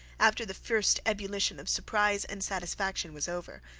after the first ebullition of surprise and satisfaction was over,